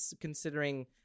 considering